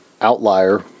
outlier